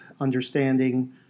understanding